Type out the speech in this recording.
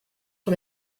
sur